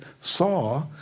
saw